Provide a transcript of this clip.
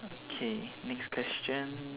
okay next question